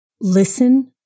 Listen